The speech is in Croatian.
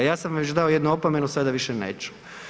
Ja sam vam već dao jednu opomenu sada više neću.